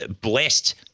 blessed